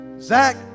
Zach